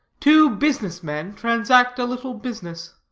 two business men transact a little business.